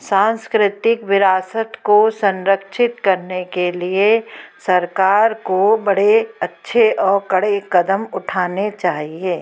सांस्कृतिक विरासत को संरक्षित करने के लिए सरकार को बड़े अच्छे और कड़े कदम उठाने चाहिए